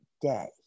day